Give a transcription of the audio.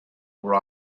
were